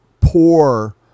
poor